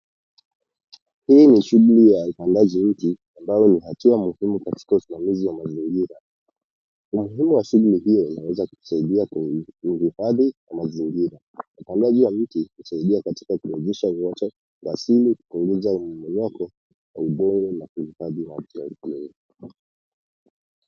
Hii ni shughuli ya upandaji mti ambao ni hatua muhimu katika usimamizi wa mazingira. Umuhimu wa shughuli hiyo unaweza kutusaidia kuhifadhi mazingira. Upandaji wa mti husaidia katika kurejesha vyoto vya simu, kupunguza umomonyoko wa udongo na kuhifadhi watu